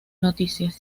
noticias